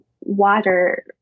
water